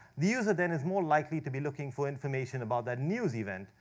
the user then is more likely to be looking for information about that news event,